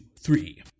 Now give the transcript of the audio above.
three